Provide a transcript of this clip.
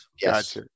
Yes